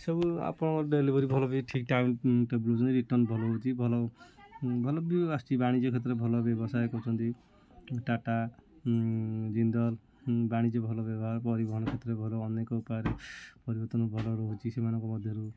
ସବୁ ଆପଣଙ୍କର ଡେଲିଭରି ଭଲ ବି ଠିକ୍ ଟାଇମ୍ ଟେବୁଲ୍ରେ ରିଟର୍ନ୍ ଭଲ ହେଉଛି ଭଲ ଭଲ ବି ଆସୁଛି ବାଣିଜ୍ୟ କ୍ଷେତ୍ରରେ ଭଲ ବ୍ୟବସାୟ କରୁଛନ୍ତି ଟାଟା ଜିନ୍ଦଲ୍ ବାଣିଜ୍ୟ ଭଲ ବ୍ୟବହାର ପରିବହନ କ୍ଷେତ୍ରରେ ଭଲ ଅନେକ ଉପାୟରେ ପରିବହନ ଭଲ ରହୁଛି ସେମାନଙ୍କ ମଧ୍ୟରୁ